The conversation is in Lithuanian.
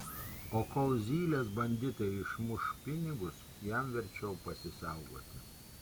o kol zylės banditai išmuš pinigus jam verčiau pasisaugoti